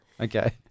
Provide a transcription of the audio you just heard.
Okay